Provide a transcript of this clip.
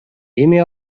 эми